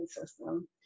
system